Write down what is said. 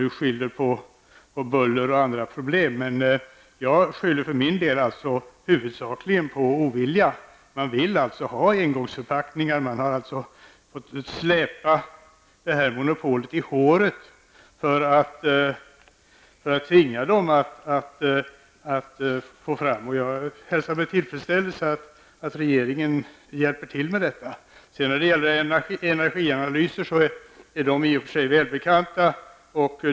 Nu skyller man på buller och andra problem, men jag skyller för min del huvudsakligen på ovilja. Tillverkarna vill ha engångsförpackningar. Man har fått släpa detta monopol i håret för att tvinga dem att få fram denna flaska, och jag hälsar med tillfredsställelse att regeringen hjälper till med detta. När det sedan gäller energianalyser är dessa i och för sig välbekanta.